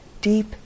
deep